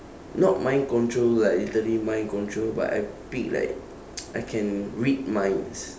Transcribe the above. not mind control like literally mind control but I pick like I can read minds